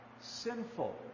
sinful